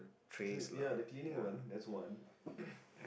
clean ya the cleaning one that's one